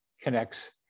connects